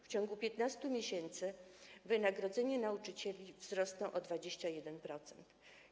W ciągu 15 miesięcy wynagrodzenia nauczycieli wzrosną o 21%.